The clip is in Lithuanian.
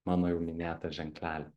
mano jau minėtą ženklelį